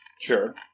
Sure